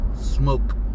smoke